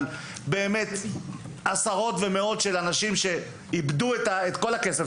על באמת עשרות ומאות אנשים שאיבדו את כל הכסף